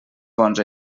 bons